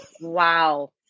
Wow